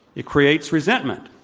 it creates resentment.